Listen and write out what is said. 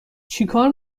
چیکار